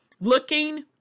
looking